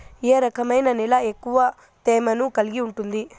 ఏ రకమైన నేల ఎక్కువ తేమను కలిగి ఉంటుంది?